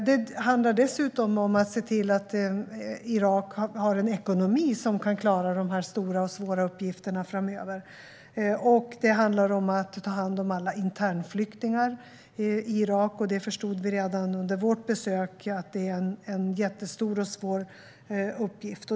Det handlar dessutom om att se till att Irak har en ekonomi som kan klara de stora och svåra uppgifterna framöver. Det handlar om att ta hand om alla internflyktingar i Irak. Vi förstod redan under vårt besök att det är en jättestor och svår uppgift.